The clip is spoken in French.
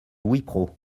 wipro